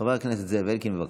חבר הכנסת זאב אלקין, בבקשה.